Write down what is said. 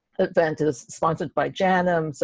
event is sponsored by janm, so